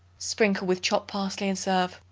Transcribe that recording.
sprinkle with chopped parsley and serve.